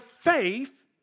faith